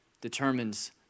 determines